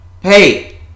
hey